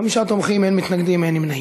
חמישה תומכים, אין מתנגדים ואין נמנעים.